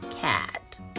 cat